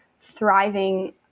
thriving